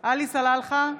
עלי סלאלחה,